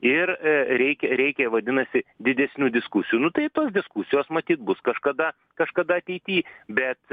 ir reikia reikia vadinasi didesnių diskusijų nu tai tos diskusijos matyt bus kažkada kažkada ateity bet